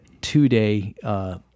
two-day